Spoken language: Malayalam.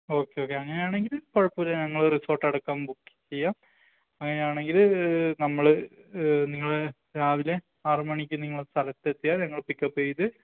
ഓക്കെ ഓക്കെ അങ്ങനയാണെങ്കില് കുഴപ്പമില്ല ഞങ്ങള് റീസോര്ട്ടടക്കം ബുക്കീയ്യാം അങ്ങനയാണെങ്കില് നമ്മള് നിങ്ങളെ രാവിലെ ആറുമണിക്ക് നിങ്ങള് സ്ഥലത്തെത്തിയാൽ നിങ്ങളെ പിക്കപ്പെയ്ത്